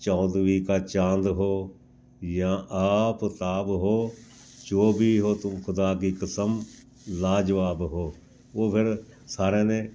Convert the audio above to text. ਚੌਦਵੀਂ ਕਾ ਚਾਂਦ ਹੋ ਜਾ ਆਫਤਾਬ ਹੋ ਜੋ ਵੀ ਹੋ ਤੁਮ ਖੁਦਾ ਕੀ ਕਸਮ ਲਾਜਵਾਬ ਹੋ ਉਹ ਫਿਰ ਸਾਰਿਆਂ ਨੇ